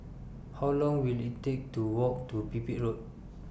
How Long Will IT Take to Walk to Pipit Road